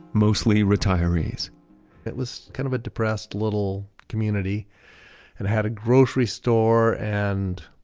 mostly retirees it was kind of a depressed little community and had a grocery store and